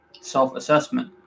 self-assessment